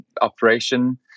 operation